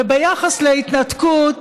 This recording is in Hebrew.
וביחס להתנתקות,